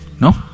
No